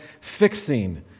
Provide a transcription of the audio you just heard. fixing